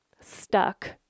stuck